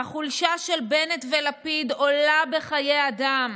"החולשה של בנט ולפיד עולה בחיי אדם.